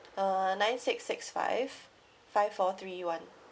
uh nine six six five five four three one